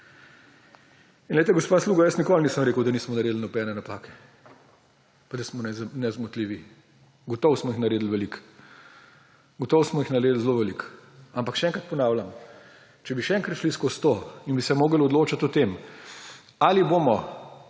Glejte, gospa Sluga, jaz nikoli nisem rekel, da nismo naredil nobene napake pa da smo nezmotljivi. Gotovo smo jih naredili veliko, gotovo smo jih naredil zelo veliko. Ampak še enkrat ponavljam, če bi še enkrat šli skozi to in bi se morali odločiti o tem, ali bomo